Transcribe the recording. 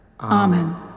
Amen